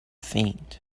faint